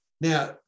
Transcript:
Now